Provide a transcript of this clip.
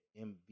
MVP